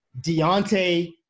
Deontay